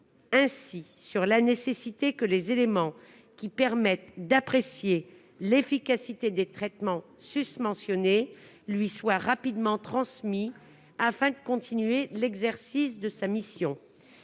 « sur la nécessité que les éléments qui permettent d'apprécier l'efficacité des traitements susmentionnés lui soient rapidement transmis, afin de continuer l'exercice de sa mission